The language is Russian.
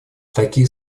такие